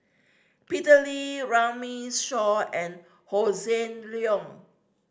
Peter Lee Runme Shaw and Hossan Leong